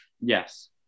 Yes